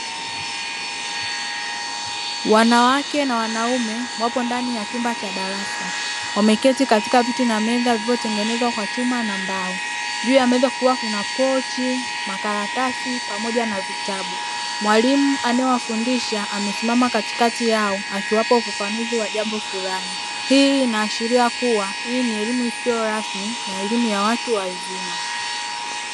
Wanawake na wanaume wako ndani ya chumba cha darasa wameketi katika viti na meza vilivyotengenezwa kwa chuma na mbao juu ya meza kuwa kuna pochi ,makaratasi pamoja na vitabu mwalimu anayewafundisha amesimama katikati yao akiwapa ufafanuzi wa jambo fulani, hii inaashiria kuwa hii ni elimu isiyo rasmi na elimu ya watu wazima.